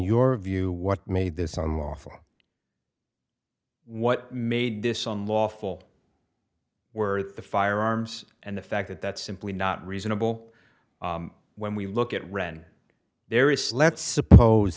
your view what made this unlawful what made this on lawful worth the firearms and the fact that that's simply not reasonable when we look at wren there is let's suppose